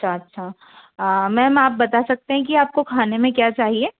अच्छा अच्छा मैम आप बता सकते हैं कि आप को खाने में क्या चाहिए